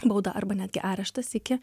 bauda arba netgi areštas iki